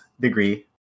degree